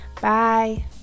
bye